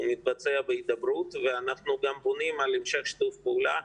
מתבצע בהידברות ואנחנו גם בונים על המשך שיתוף פעולה,